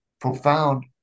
profound